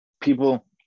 people